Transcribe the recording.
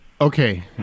okay